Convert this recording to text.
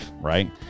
right